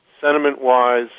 Sentiment-wise